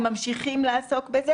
בתוך שעתיים מקבלת הדרישה"."